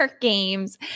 games